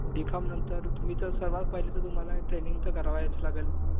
डीफामनंतर तुम्ही तर सर्वात पहिले तुम्हाला तर ट्रेनिंग तर करावयाच लागेल